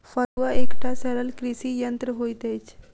फड़ुआ एकटा सरल कृषि यंत्र होइत अछि